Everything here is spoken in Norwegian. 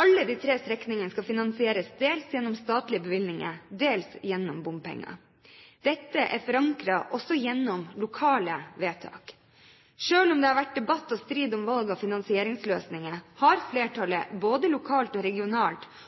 Alle de tre strekningene skal finansieres dels gjennom statlige bevilgninger, dels gjennom bompenger. Dette er forankret også gjennom lokale vedtak. Selv om det har vært debatt og strid om valg av finansieringsløsninger, har flertallet både lokalt og regionalt